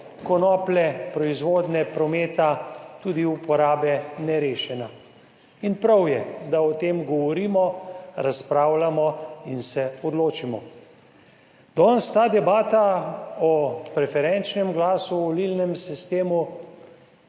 konoplje, proizvodnje, prometa, tudi uporabe nerešena. In prav je, da o tem govorimo, razpravljamo in se odločimo. Danes ta debata o preferenčnem glasu o volilnem sistemu